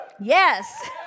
Yes